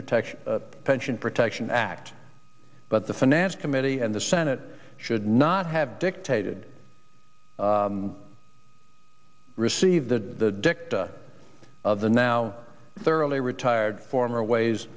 protection pension protection act but the finance committee and the senate should not have dictated receive the dicta of the now thoroughly retired former ways